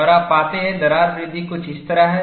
और आप पाते हैं दरार वृद्धि कुछ इस तरह है